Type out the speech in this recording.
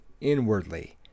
inwardly